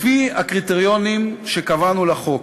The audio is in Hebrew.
לפי הקריטריונים שקבענו לחוק,